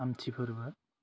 आमथि फोरबो